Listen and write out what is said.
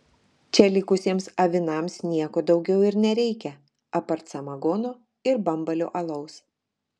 čia likusiems avinams nieko daugiau ir nereikia apart samagono ir bambalio alaus